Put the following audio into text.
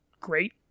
great